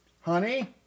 Honey